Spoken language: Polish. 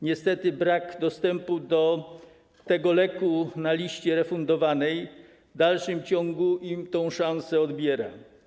Niestety brak dostępu do tego leku na liście refundowanej w dalszym ciągu im tę szansę odbiera.